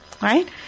Right